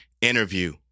interview